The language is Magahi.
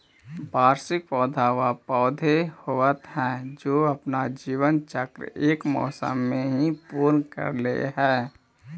वार्षिक पौधे व पौधे होवअ हाई जो अपना जीवन चक्र एक मौसम में ही पूर्ण कर ले हई